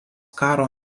karo